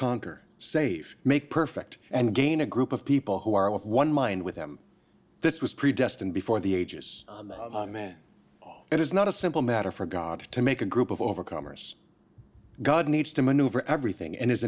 conquer save make perfect and gain a group of people who are of one mind with him this was predestined before the ages man it is not a simple matter for god to make a group of overcomers god needs to maneuver everything in his